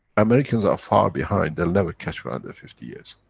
americans are far behind, they'll never catch, for another fifty years.